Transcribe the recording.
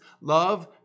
love